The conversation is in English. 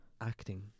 acting